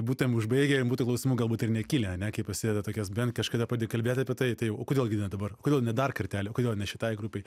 būtumėm užbaigę jei būtų klausimų galbūt ir nekilę ane kai pasideda tokios bent kažkada pradėjai kalbėt apie tai tai jau kodėl gi ne dabar kodėl dar kartelį o kodėl ne šitai grupei